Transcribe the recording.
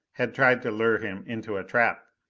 had tried to lure him into a trap.